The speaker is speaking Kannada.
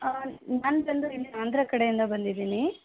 ನಾನು ಬಂದು ಇಲ್ಲಿ ಆಂಧ್ರ ಕಡೆಯಿಂದ ಬಂದಿದ್ದೀನಿ